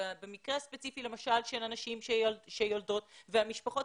במקרה הספציפי של נשים שיולדות והמשפחות